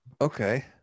Okay